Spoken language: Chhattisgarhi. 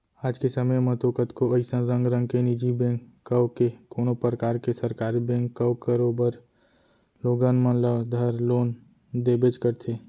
आज के समे म तो कतको अइसन रंग रंग के निजी बेंक कव के कोनों परकार के सरकार बेंक कव करोबर लोगन मन ल धर लोन देबेच करथे